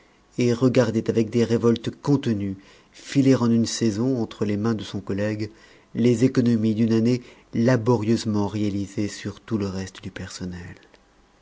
et regardait avec des révoltes contenues filer en une saison entre les mains de son collègue les économies d'une année laborieusement réalisées sur tout le reste du personnel